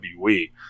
WWE